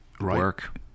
Work